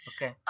Okay